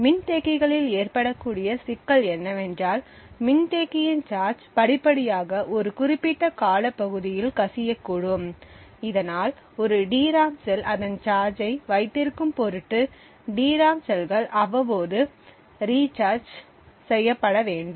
மின்தேக்கிகளில் ஏற்படக்கூடிய சிக்கல் என்னவென்றால் மின்தேக்கியின் சார்ஜ் படிப்படியாக ஒரு குறிப்பிட்ட காலப்பகுதியில் கசியக்கூடும் இதனால் ஒரு டிராம் செல் அதன் சார்ஜை வைத்திருக்கும் பொருட்டு டிராம் செல்கள் அவ்வப்போது ரீசார்ஜ் செய்யப்பட வேண்டும்